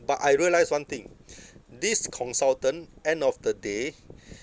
but I realised one thing this consultant end of the day